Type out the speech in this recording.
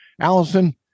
Allison